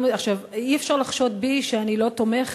אי-אפשר לחשוד בי שאני לא תומכת,